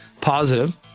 Positive